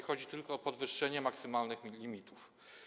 Chodzi tylko o podwyższenie maksymalnych limitów.